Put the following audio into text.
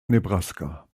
nebraska